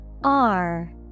-R